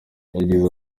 yagize